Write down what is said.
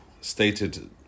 stated